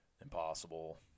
impossible